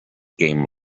game